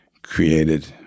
created